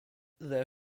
their